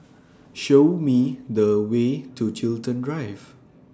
Show Me The Way to Chiltern Drive